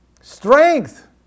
strength